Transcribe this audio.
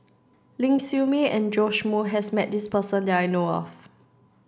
Ling Siew May and Joash Moo has met this person that I know of